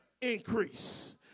increase